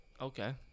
Okay